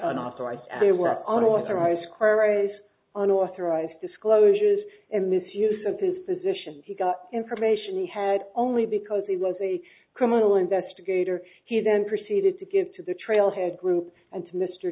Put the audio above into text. an authorized qarase unauthorized disclosures and misuse of his position he got information he had only because he was a criminal investigator he then proceeded to give to the trailhead group and to mr